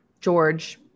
George